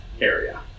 area